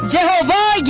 Jehovah